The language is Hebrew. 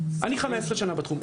אני 15 שנה בתחום,